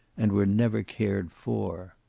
and were never cared for.